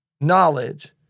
knowledge